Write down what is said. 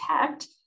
protect